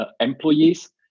employees